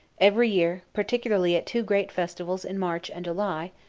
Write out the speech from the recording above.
every year, particularly at two great festivals in march and july,